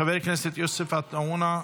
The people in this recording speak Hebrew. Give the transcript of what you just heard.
חבר הכנסת יוסף עטאונה,